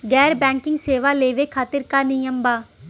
गैर बैंकिंग सेवा लेवे खातिर का नियम बा?